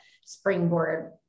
springboard